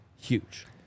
huge